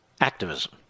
activism